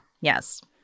Yes